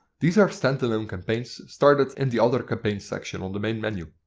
these are standalone campaigns started in the other campaign section of the main menu.